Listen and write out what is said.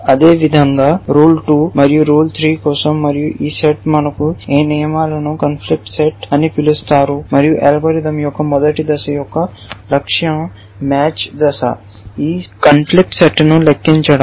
అదేవిధంగా రూల్ 2 మరియు రూల్ 3 కోసం మరియు ఈ సెట్ మనకు ఏ నియమాలను కాంఫ్లిక్ట్ సెట్ అని పిలుస్తారు మరియు అల్గోరిథం యొక్క మొదటి దశ యొక్క లక్ష్యం మ్యాచ్ దశ ఈ కాన్ఫ్లిక్ట్ సెట్ లెక్కించడం